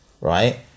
right